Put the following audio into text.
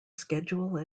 schedule